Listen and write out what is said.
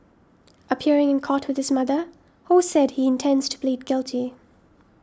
appearing in court with his mother Ho said he intends to plead guilty